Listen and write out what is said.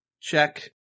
Check